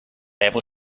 able